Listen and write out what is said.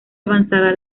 avanzada